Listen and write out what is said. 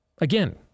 Again